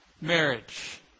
marriage